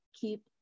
keep